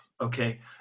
Okay